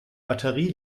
batterie